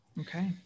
Okay